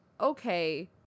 okay